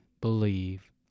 believe